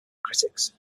critics